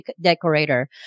decorator